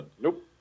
nope